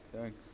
Thanks